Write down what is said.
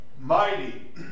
mighty